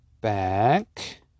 back